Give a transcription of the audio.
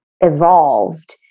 evolved